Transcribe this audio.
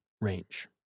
range